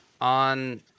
on